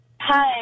Hi